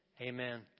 amen